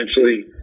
essentially